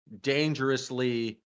dangerously